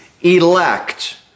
elect